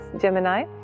Gemini